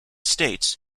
states